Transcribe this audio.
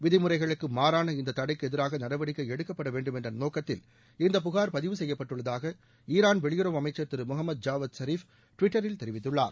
விதிமுறைகளுக்கு மாறான இந்த தடைக்கு எதிராக நடவடிக்கை எடுக்கப்படவேண்டும் என்ற நோக்கத்தில் இந்த புகார் பதிவு செய்யப்பட்டுள்ளதாக ஈரான் வெளியுறவு அமைச்சர் திரு முகமது ஜாவத் சரீஃப் டிவிட்டரில் தெரிவித்துள்ளார்